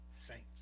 saints